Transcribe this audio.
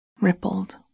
rippled